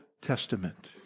Testament